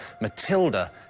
Matilda